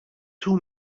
two